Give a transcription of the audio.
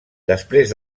després